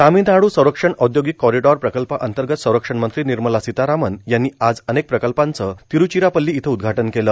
तामिळनाडू संरक्षण औद्योगिक कॉरिडॉर प्रकल्पाअंतर्गत संरक्षण मंत्री निर्मला सितारामन यांनी आज अनेक प्रकल्पांचं तिरूचिरापल्ली इथं उद्घाटन केलं